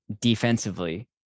defensively